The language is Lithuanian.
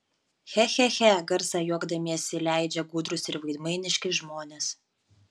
che che che garsą juokdamiesi leidžia gudrūs ir veidmainiški žmonės